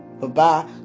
Bye-bye